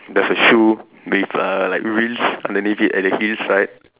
there's a shoe with uh like wheels underneath it at the heels right